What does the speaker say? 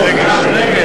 נגד.